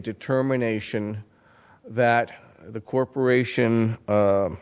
determination that the corporation